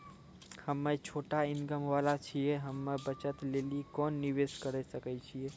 हम्मय छोटा इनकम वाला छियै, हम्मय बचत लेली कोंन निवेश करें सकय छियै?